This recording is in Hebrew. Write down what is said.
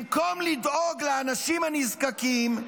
במקום לדאוג לאנשים הנזקקים,